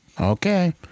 Okay